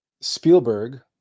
Spielberg